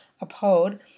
uphold